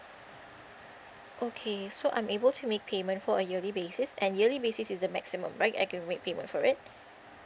okay so I'm able to make payment for a yearly basis and yearly basis is the maximum right I can make payment for it